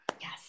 Yes